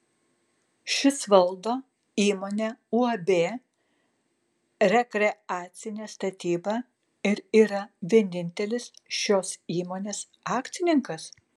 šis valdo įmonę uab rekreacinė statyba ir yra vienintelis šios įmonės akcininkas